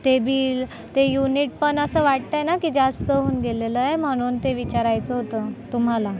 ते बिल ते युनिट पण असं वाटतंय ना की जास्त होऊन गेलेलंय म्हणून ते विचारायचं होतं तुम्हाला